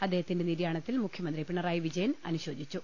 അദ്ദേഹത്തിന്റെ നിര്യാണത്തിൽ മുഖ്യമന്ത്രി പിണ റായി വിജയൻ അനുശോചിച്ചു